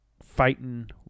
Fighting